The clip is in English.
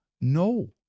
No